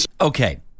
Okay